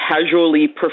casually